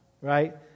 right